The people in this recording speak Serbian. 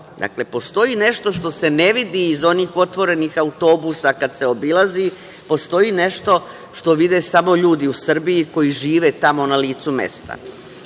Dakle, postoji nešto što se ne vidi iz onih otvorenih autobusa kada se obilazi, postoji nešto što vide samo ljudi u Srbiji koji žive tamo na licu mesta.